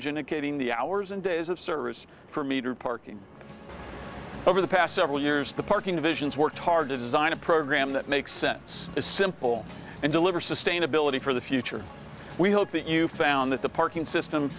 indicating the hours and days of service for metered parking over the past several years the parking divisions work hard to design a program that makes sense is simple and deliver sustainability for the future we hope that you found that the parking system